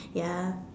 ya